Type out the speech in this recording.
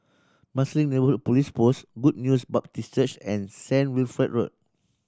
Marsiling Neighbourhood Police Post Good News Baptist Church and Saint Wilfred Road